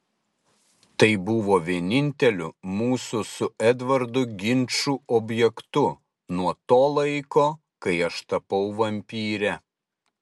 tai buvo vieninteliu mūsų su edvardu ginčų objektu nuo to laiko kai aš tapau vampyre